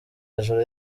hejuru